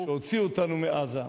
שהוציא אותנו מעזה,